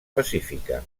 pacífica